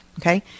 Okay